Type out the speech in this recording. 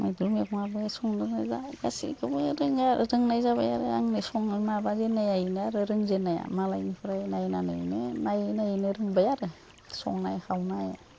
मैद्रु मैगङाबो संनो रोंबाय गासैखौबो रोङो आरो रोंनाय जाबाय आरो आंनो सङो माबाजेन्नाया बेनो आरो रोंजेन्नाया मालायनिफ्राय नायनानैनो नायै नायैनो रोंबाय आरो संनाय खावनाय